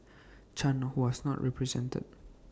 chan who was not represented